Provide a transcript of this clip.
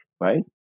right